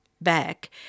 back